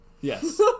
Yes